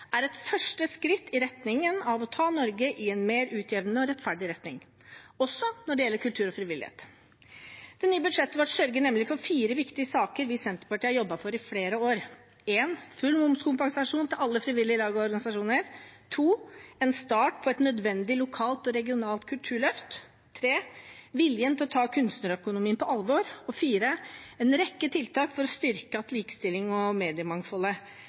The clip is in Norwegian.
rettferdig retning, også når det gjelder kultur og frivillighet. Det nye budsjettet vårt sørger nemlig for fire viktige saker vi i Senterpartiet har jobbet for i flere år: full momskompensasjon til alle frivillige lag og organisasjoner en start på et nødvendig lokalt og regionalt kulturløft viljen til å ta kunstnerøkonomien på alvor en rekke tiltak for å styrke likestillingen og bedre mediemangfoldet